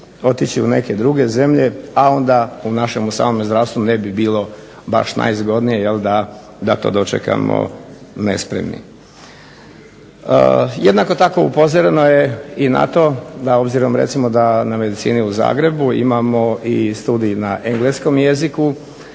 otići u neke druge zemlje, a onda u našemu samome zdravstvu ne bi bilo baš najzgodnije jel da to dočekamo nespremni. Jednako tako upozoreno je i na to da obzirom recimo da na medicini u Zagrebu imamo i studij na engleskom jeziku,